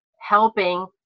helping